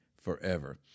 forever